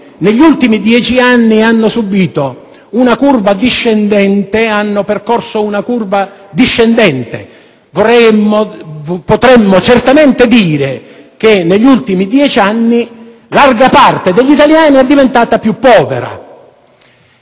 negli ultimi dieci anni hanno subito, hanno percorso una curva discendente: potremmo certamente dire che negli ultimi dieci anni larga parte degli italiani è diventata più povera.